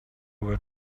were